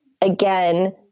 again